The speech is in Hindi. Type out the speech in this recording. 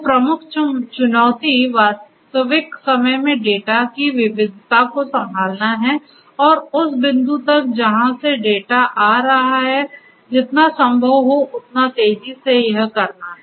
तो प्रमुख चुनौती वास्तविक समय में डेटा की विविधता को संभालना है और उस बिंदु तक जहां से डाटा आ रहा है जितना संभव हो उतना तेज़ी से यह करना है